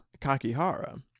kakihara